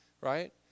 right